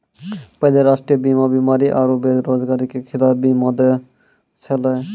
पहिले राष्ट्रीय बीमा बीमारी आरु बेरोजगारी के खिलाफ बीमा दै छलै